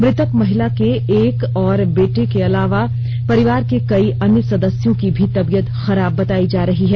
मुतक महिला के एक और बेटे के अलावा परिवार के कई अन्य सदस्यों की भी तबीयत खराब बताई जा रही है